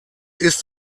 ist